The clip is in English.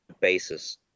basis